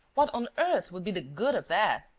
what on earth would be the good of that?